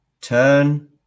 Turn